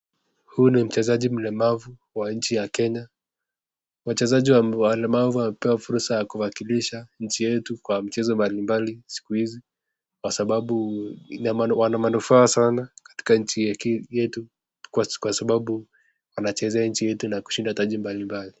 Huyu ni mchezaji mlemavu wa nchi ya Kenya. Wachezaji walemavu wamepewa fursa ya kuwakilisha nchi yetu kwa michezo mbalimbali sikuizi, kwa sababu wana manufaa sana katika nchi yetu, kwa sababu wanachezea nchi yetu na kushinda taji mbalimbali.